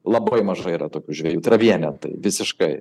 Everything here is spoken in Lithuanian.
labai mažai yra tokių žvejų tra vienetai visiškai